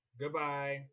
Goodbye